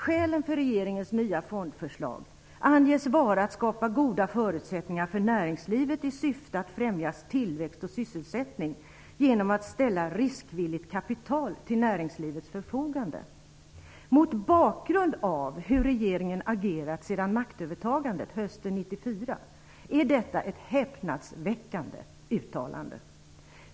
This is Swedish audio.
Skälen för regeringens nya fondförslag anges vara att skapa goda förutsättningar för näringslivet i syfte att främja tillväxt och sysselsättning genom att ställa riskvilligt kapital till näringslivets förfogande. Mot bakgrund av hur regeringen agerat sedan maktövertagandet hösten 1994 är detta ett häpnadsväckande uttalande.